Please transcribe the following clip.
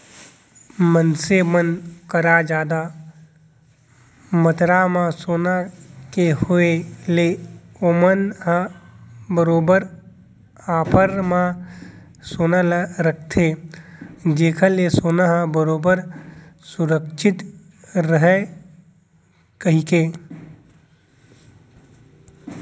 मनसे मन करा जादा मातरा म सोना के होय ले ओमन ह बरोबर लॉकर म सोना ल रखथे जेखर ले सोना ह बरोबर सुरक्छित रहय कहिके